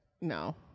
No